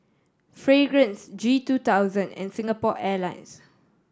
Fragrance G two thousand and Singapore Airlines